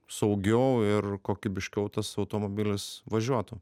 saugiau ir kokybiškiau tas automobilis važiuotų